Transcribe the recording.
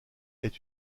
est